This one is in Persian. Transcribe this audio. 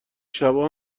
شبا